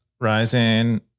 rising